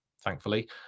thankfully